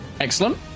Excellent